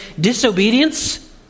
disobedience